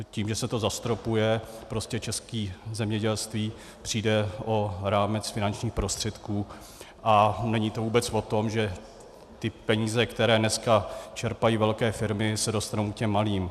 Tím, že se to zastropuje, prostě české zemědělství přijde o rámec finančních prostředků a není to vůbec o tom, že ty peníze, které dnes čerpají velké firmy, se dostanou těm malým.